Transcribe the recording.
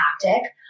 tactic